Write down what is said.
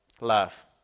love